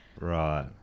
Right